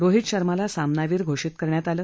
रोहित शर्माला सामनावीर घोषित करण्यात आलं